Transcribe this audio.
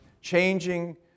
changing